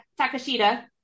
Takashita